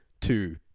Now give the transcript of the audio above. two